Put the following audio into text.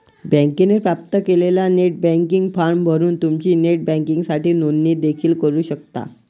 बँकेने प्राप्त केलेला नेट बँकिंग फॉर्म भरून तुम्ही नेट बँकिंगसाठी नोंदणी देखील करू शकता